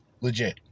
Legit